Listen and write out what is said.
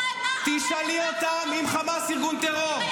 תשאלי אותם אם חמאס הוא ארגון טרור.